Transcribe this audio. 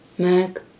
Mac